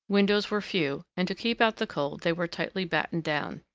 windows were few, and to keep out the cold they were tightly battened down.